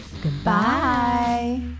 Goodbye